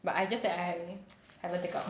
but I just that I haven't take out